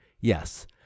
yes